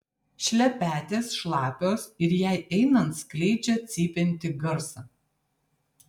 šlepetės šlapios ir jai einant skleidžia cypiantį garsą